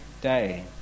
day